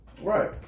Right